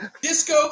Disco